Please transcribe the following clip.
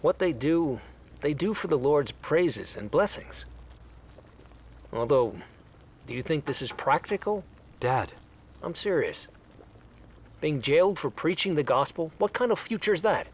what they do they do for the lord's praises and blessings although do you think this is practical dad i'm serious being jailed for preaching the gospel what kind of future is that